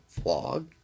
vlog